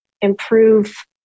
improve